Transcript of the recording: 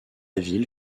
ville